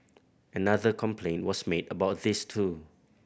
another complaint was made about this too